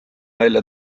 välja